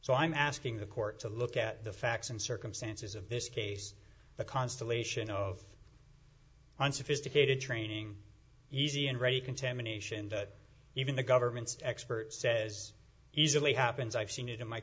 so i'm asking the court to look at the facts and circumstances of this case the constellation of on sophisticated training easy and ready contamination that even the government's expert says easily happens i've seen it in my